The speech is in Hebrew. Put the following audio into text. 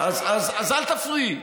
אז אל תפריעי.